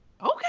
Okay